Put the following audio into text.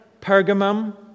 Pergamum